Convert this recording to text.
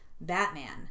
Batman